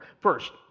First